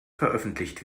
veröffentlicht